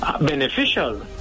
beneficial